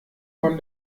von